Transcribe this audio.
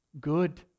good